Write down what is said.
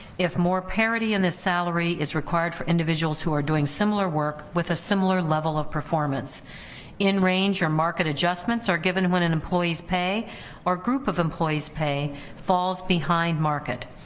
if more parity in this salary is required for individuals who are doing similar work, with a similar level of performance in range or market adjustments are given when an employee's pay or a group of employee's pay falls behind market.